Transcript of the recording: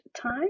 time